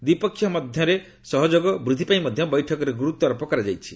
ଦ୍ୱିପକ୍ଷିୟ ମଧ୍ୟରେ ସହଯୋଗ ବୃଦ୍ଧି ପାଇଁ ମଧ୍ୟ ବୈଠକରେ ଗୁରୁତ୍ୱାରୋପ କରାଯାଇଛି